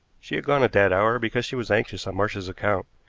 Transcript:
she had gone at that hour because she was anxious on marsh's account,